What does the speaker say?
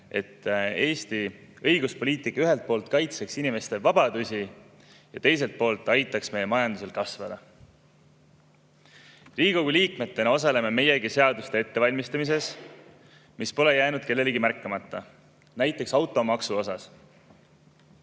et Eesti õiguspoliitika ühelt poolt kaitseks inimeste vabadusi ja teiselt poolt aitaks meie majandusel kasvada. Riigikogu liikmetena osaleme meiegi seaduste ettevalmistamises, mis pole jäänud kellelegi märkamata. Näiteks automaks